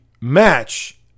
match